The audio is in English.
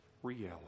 Reality